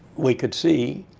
we could see,